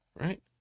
right